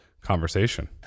conversation